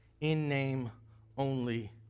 in-name-only